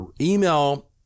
email